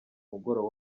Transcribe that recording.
mugoroba